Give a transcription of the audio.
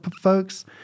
folks